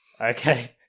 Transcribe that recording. Okay